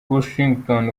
bushington